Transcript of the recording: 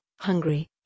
hungry